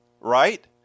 Right